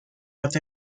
with